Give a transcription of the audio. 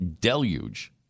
deluge